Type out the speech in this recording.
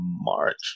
March